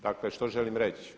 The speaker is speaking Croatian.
Dakle, što želim reći?